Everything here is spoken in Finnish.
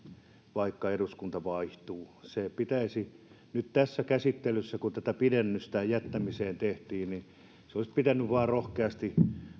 vaikka eduskunta vaihtuu se olisi pitänyt nyt tässä käsittelyssä kun sitä pidennystä jättämiseen tehtiin vain rohkeasti